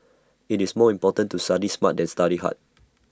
IT is more important to study smart than study hard